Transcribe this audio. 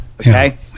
Okay